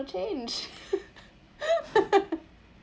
change